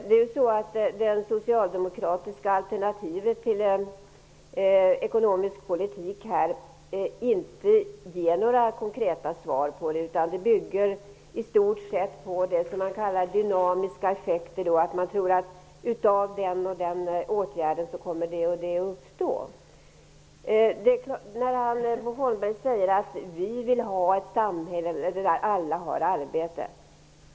Det socialdemokratiska alternativet till den ekonomiska politiken ger inte några konkreta svar utan bygger i stort sett på det som man kallar dynamiska effekter. Man tror att det och det kommer att uppstå genom den och den åtgärden. Bo Holmberg sade att Socialdemokraterna vill ha ett samhälle där alla har arbete.